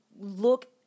look